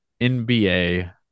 NBA